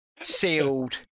sealed